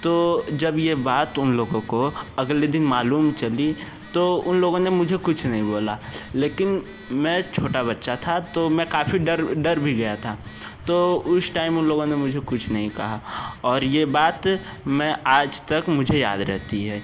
तो जब यह बात उन लोगों को अगले दिन मालूम चली तो उन लोगों ने मुझे कुछ नहीं बोला लेकिन मैं छोटा बच्चा था तो मैं काफ़ी डर डर भी गया था तो उस टाइम उन लोगों ने मुझे कुछ नहीं कहा और ये बात मैं आज तक मुझे याद रहती है